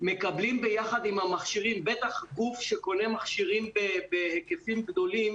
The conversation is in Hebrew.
מקבלים ביחד עם המכשירים בטח גוף שקונה מכשירים בהיקפים גדולים